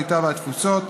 הקליטה והתפוצות,